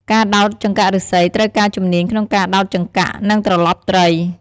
ការដោតចង្កាក់ឫស្សីត្រូវការជំនាញក្នុងការដោតចង្កាក់ និងត្រឡប់ត្រី។